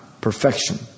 Perfection